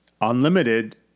unlimited